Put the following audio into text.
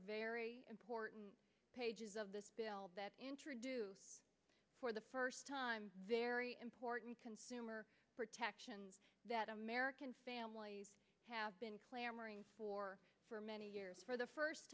very important pages of the bill that introduced for the first time very important consumer protections that american families have been clamoring for for many years for the first